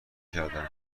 کردهاند